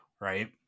right